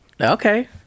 Okay